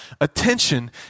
Attention